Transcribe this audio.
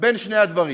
בין שני הדברים.